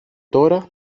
τώρα